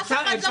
אף אחד לא גורם.